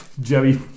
Joey